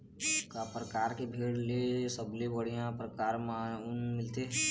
का परकार के भेड़ ले सबले बढ़िया परकार म ऊन मिलथे?